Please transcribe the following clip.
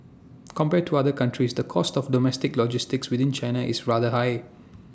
compared to other countries the cost of domestic logistics within China is rather high